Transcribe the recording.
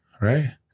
right